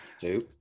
Two